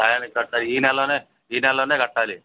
టైముకి కట్టాలి ఈ నెల్లోనే ఈ నెల్లోనే కట్టాలి